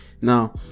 now